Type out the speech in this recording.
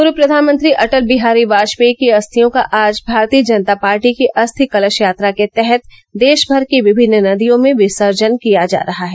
पूर्व प्रधानमंत्री अटल बिहारी वाजपेयी की अस्थियों का आज भारतीय जनता पार्टी की अस्थि कलश यात्रा के तहत देश भर की विभिन्न नदियों में विसर्जन किया जा रहा है